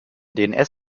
dns